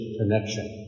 connection